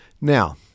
Now